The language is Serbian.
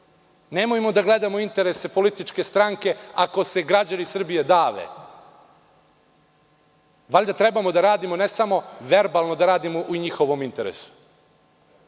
skakati. Nemojmo da gledamo interese političke stranke, ako se građani Srbije dave. Valjda treba da radimo, a ne samo verbalno da radimo u njihovom interesu